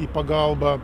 į pagalbą